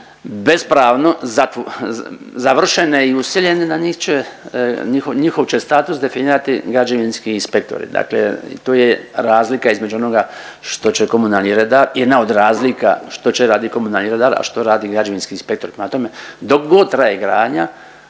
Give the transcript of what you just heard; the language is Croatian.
bespravno završene i useljene, na njih će, njihov će status definirati građevinski inspektori. Dakle tu je razlika između onoga što će komunalni redar, jedna od razlika što će raditi komunalni redar, a što radi građevinski inspektor. Prema tome, dok god traje gradnja